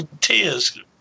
tears